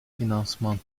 finansman